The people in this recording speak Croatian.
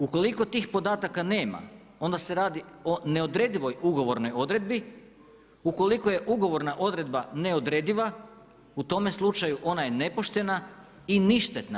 Ukoliko tih podataka nema, onda se radi o neodredivoj ugovornoj odredbi, ukoliko je ugovorna odredba neodrediva u tome slučaju ona je nepoštena i ništetna.